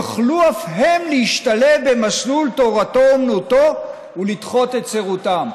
יוכלו אף הם להשתלב במסלול תורתו אומנותו ולדחות את שירותם".